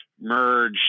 merge